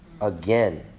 again